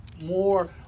more